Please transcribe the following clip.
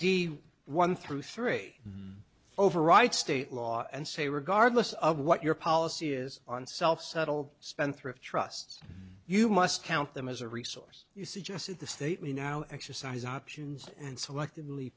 d one through three override state law and say regardless of what your policy is on self settled spendthrift trusts you must count them as a resource you suggested the state we now exercise options and selectively